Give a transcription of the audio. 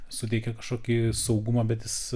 suteikia kažkokį saugumą bet jis